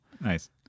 Nice